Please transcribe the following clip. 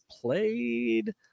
played